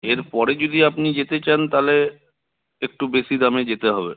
এরপরে যদি আপনি যেতে চান তাহলে একটু বেশি দামে যেতে হবে